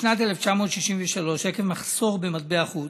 בשנת 1963, עקב מחסור במטבע חוץ,